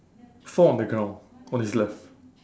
four on the ground on his left